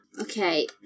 Okay